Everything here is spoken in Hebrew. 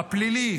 הפלילית,